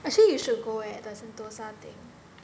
actually you should go eh the sentosa thing